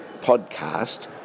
podcast